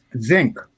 Zinc